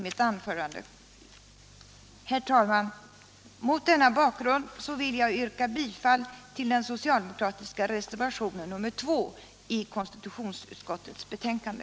Mot denna bakgrund vill jag yrka bifall till den socialdemokratiska reservationen 2 i könstitutionsutskottets betänkande.